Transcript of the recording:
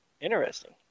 Interesting